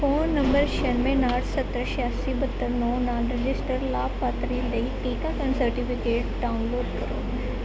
phone number ਛਿਆਨਵੇਂ ਉਨਾਹਠ ਸੱਤਰ ਛਿਆਸੀ ਬਹੱਤਰ ਨੌਂ ਨਾਲ ਰਜਿਸਟਰਡ ਲਾਭਪਾਤਰੀ ਲਈ ਟੀਕਾਕਰਨ ਸਰਟੀਫਿਕੇਟ ਡਾਊਨਲੋਡ ਕਰੋ